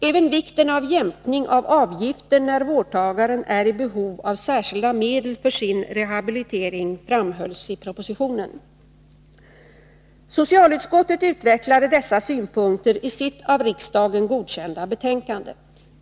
Även vikten av jämkning av avgiften när vårdtagaren är i behov av särskilda medel för sin rehabilitering framhölls i propositionen. Socialutskottet utvecklade dessa synpunkter i sitt av riksdagen godkända betänkande .